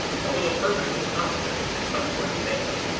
although a perfectly competent and trustworthy man,